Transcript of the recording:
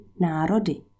národy